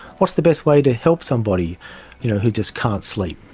what's the best way to help somebody you know who just can't sleep?